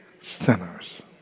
sinners